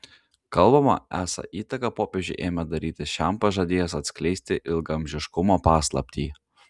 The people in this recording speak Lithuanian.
kalbama esą įtaką popiežiui ėmė daryti šiam pažadėjęs atskleisti ilgaamžiškumo paslaptį